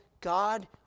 God